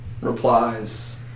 replies